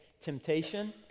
Temptation